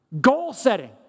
Goal-setting